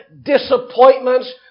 disappointments